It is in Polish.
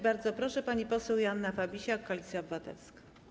Bardzo proszę, pani poseł Joanna Fabisiak, Koalicja Obywatelska.